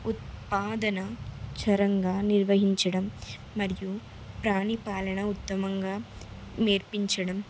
ఉత్పాదన చరంగా నిర్వహించడం మరియు ప్రాణిపాలన ఉత్తమంగా నేర్పించడం